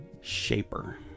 shaper